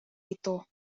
itu